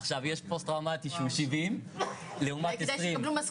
עכשיו יש פוסט טראומטי שהוא 70 לעומת 20